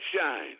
shine